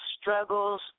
struggles